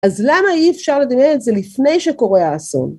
אז למה אי אפשר לדמיין את זה לפני שקורה האסון?